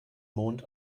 mond